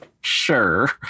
sure